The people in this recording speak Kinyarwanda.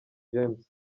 james